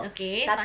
okay